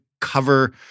cover